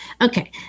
Okay